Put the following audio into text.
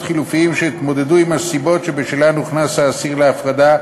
חלופיים שיתמודדו עם הסיבות שבשלהן הוכנס האסיר להפרדה,